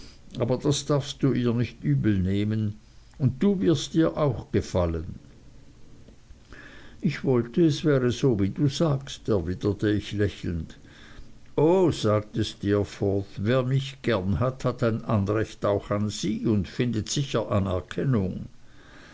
aber das darfst du ihr nicht übelnehmen und du wirst ihr auch gefallen ich wollte es wäre so wie du sagst erwiderte ich lächelnd o sagte steerforth wer mich gern hat hat ein anrecht auch an sie und findet sicher anerkennung